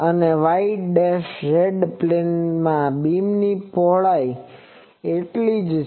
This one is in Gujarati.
અને y z પ્લેનમાં બીમની પહોળાઈ એટલી જ છે